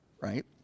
right